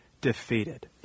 defeated